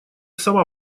сама